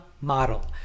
model